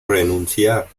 renunciar